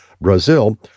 Brazil